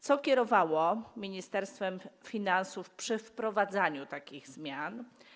Co kierowało Ministerstwem Finansów przy wprowadzaniu takich zmian?